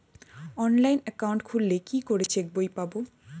Online account খুললে কি করে চেক বই পাব?